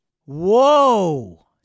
Whoa